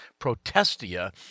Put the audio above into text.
Protestia